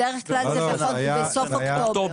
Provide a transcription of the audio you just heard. בדרך כלל זה בסוף אוקטובר.